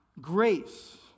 Grace